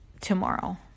tomorrow